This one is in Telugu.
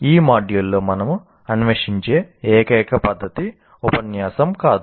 ఈ మాడ్యూల్లో మనము అన్వేషించే ఏకైక పద్ధతి ఉపన్యాసం కాదు